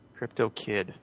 CryptoKid